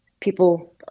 people